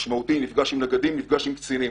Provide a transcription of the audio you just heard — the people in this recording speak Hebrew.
נפגש עם נגדים וקצינים.